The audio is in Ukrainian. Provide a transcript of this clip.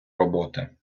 роботи